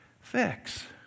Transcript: fix